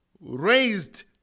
raised